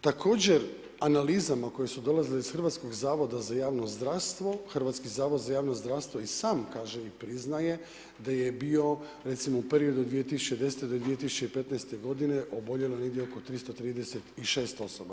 Također analizama koje su dolazile iz Hrvatskog zavoda za javno zdravstvo, Hrvatski zavod za javno zdravstvo i sam kaže i priznaje da je bio recimo u periodu od 2010. do 2015. godine oboljelo negdje oko 336 osoba.